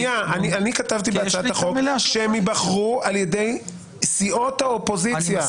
אני כתבתי בהצעת החוק שהם ייבחרו על ידי סיעות האופוזיציה.